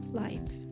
life